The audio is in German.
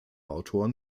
autoren